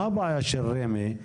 מה הבעיה של רמ"י עם